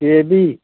यह भी